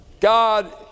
God